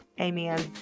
Amen